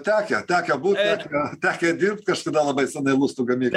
tekę tekę būt tekę dirbt kažkada labai senai lustų gamykloj